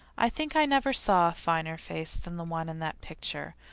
i think i never saw a finer face than the one in that picture.